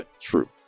True